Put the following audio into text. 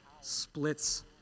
splits